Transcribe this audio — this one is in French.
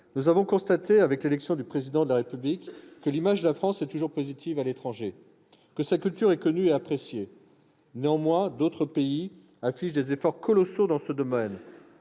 Nous avons constaté, avec l'élection du Président de la République, que l'image de la France est toujours positive à l'étranger, que sa culture est connue et appréciée. Néanmoins, d'autres pays déploient des efforts colossaux dans ce domaine